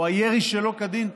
הירי שלא כדין,